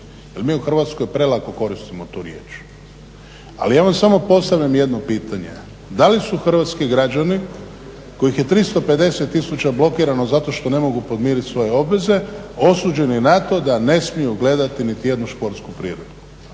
mi u Hrvatskoj prelako koristimo tu riječ. Ali ja vam samo postavljam jedno pitanje da li su hrvatski građani kojih je 350 tisuća blokirano zato što ne mogu podmiriti svoje obveze osuđeni na to da ne smiju gledati niti jednu športsku priredbu.